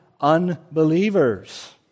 unbelievers